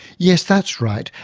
yes, that's right.